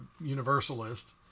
universalist